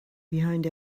behind